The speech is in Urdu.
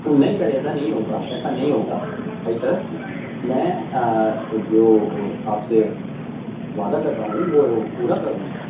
نہیں سر ایسا نہیں ہوگا ایسا نہیں ہوگا آئی ٹرسٹ میں جو آپ سے وعدہ کر رہا ہوں وہ پورا کر دوں گا